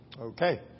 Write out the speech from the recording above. Okay